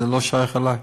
זה לא שייך אלי.